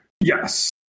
Yes